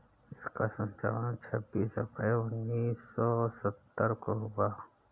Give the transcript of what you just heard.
इसका संचालन छब्बीस अप्रैल उन्नीस सौ सत्तर को शुरू हुआ